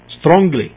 Strongly